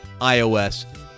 iOS